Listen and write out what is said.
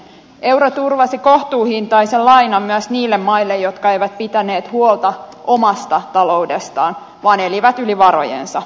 euro turvasi kohtuuhintaisen lainan myös niille maille jotka eivät pitäneet huolta omasta taloudestaan vaan elivät yli varojensa